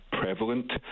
prevalent